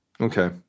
okay